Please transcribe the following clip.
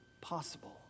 possible